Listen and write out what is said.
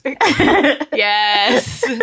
Yes